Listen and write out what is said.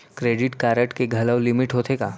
Credit card के घलव limit होथे का?